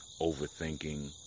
overthinking